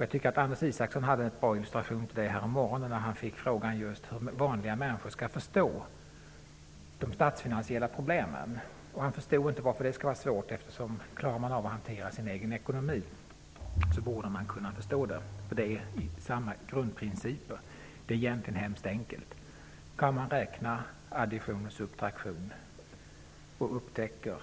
Jag tycker att Anders Isaksson hade en bra illustration till detta härommorgonen, när han fick frågan om hur vanliga människor skall förstå de statsfinansiella problemen. Han förstod inte varför det skulle vara svårt. Man borde kunna förstå det om man klarar av att hantera sin egen ekonomi. Det är samma grundprinciper. Det är egentligen hemskt enkelt. Om man kan räkna med addition och subtraktion och upptäcker